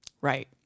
Right